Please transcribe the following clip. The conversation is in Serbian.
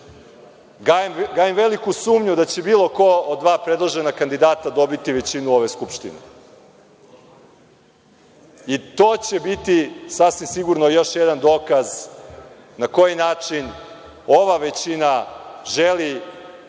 Gajim veliku sumnju da će bilo ko od dva predložena kandidata dobiti većinu u ovoj Skupštini i to će biti sasvim sigurno još jedan dokaz na koji način ova većina želi